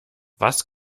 was